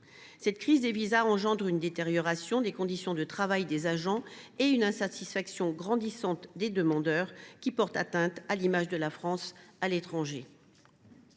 Cette crise des visas suscite une détérioration des conditions de travail des agents et une insatisfaction grandissante des demandeurs qui portent atteinte à l’image de la France à l’étranger.